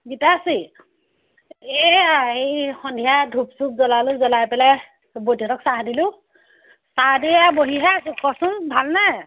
গীতাশ্ৰী এইয়া এই সন্ধিয়া ধূপ চূপ জ্বলালোঁ জ্বলাই পেলাই বৌতিহঁতক চাহ দিলোঁ চাহ দি এয়া বহিহে আছো কচোন ভালনে